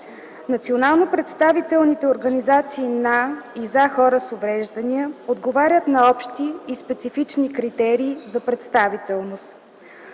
Национално представителните организации на и за хора с увреждания отговарят на общи и специфични критерии за представителност.